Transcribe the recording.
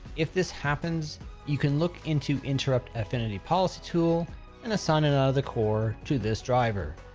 if this happens you can look into interrupt affinity policy tool and assign another core to this driver.